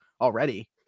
already